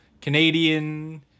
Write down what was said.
Canadian